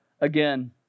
again